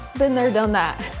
been there, done that.